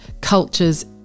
cultures